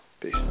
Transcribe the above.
Peace